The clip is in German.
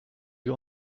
wir